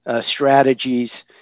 strategies